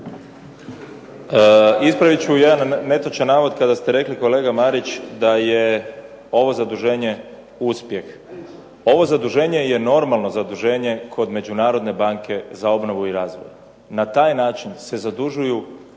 Ispravit ću jedan netočan navod kada ste rekli, kolega Marić, da je ovo zaduženje uspjeh. Ovo zaduženje je normalno zaduženje kod Međunarodne banke za obnovu i razvoj. Na taj način se zadužuju